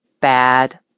bad